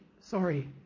sorry